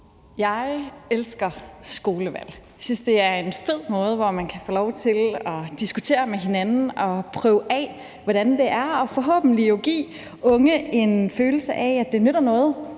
Jeg elsker skolevalg. Jeg synes, det er en fed måde, hvorpå man kan få lov til at diskutere med hinanden og prøve af, hvordan det er, og som forhåbentlig kan give unge en følelse af, at det nytter noget